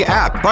app